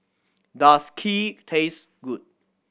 does Kheer taste good